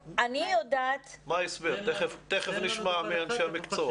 מה ההסבר, תיכף נשמע מאנשי המקצוע.